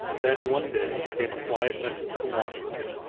then, one day, came a quiet message from washington,